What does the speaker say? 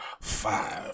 five